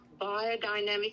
biodynamic